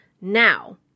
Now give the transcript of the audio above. now